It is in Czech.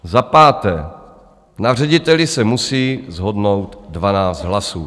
Za páté na řediteli se musí shodnout 12 hlasů.